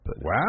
Wow